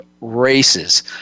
races